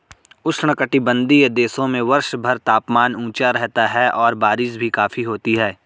उष्णकटिबंधीय देशों में वर्षभर तापमान ऊंचा रहता है और बारिश भी काफी होती है